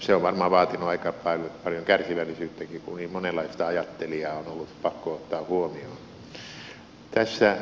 se on varmaan vaatinut aika paljon kärsivällisyyttäkin kun niin monenlaista ajattelijaa on ollut pakko ottaa huomioon